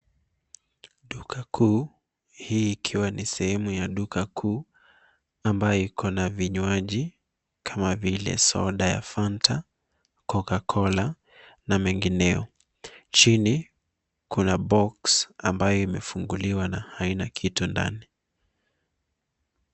Duka kuu. Hii ikiwa ni sehemu ya duka kuu ambayo iko na vinywaji kama vile soda ya fanta, cocacola na mengineo. Chini, kuna box ambayo imefunguliwa na haina kitu ndani.